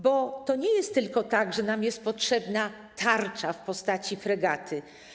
Bo to nie jest tylko tak, że jest nam potrzebna tarcza w postaci fregaty.